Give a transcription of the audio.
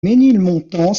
ménilmontant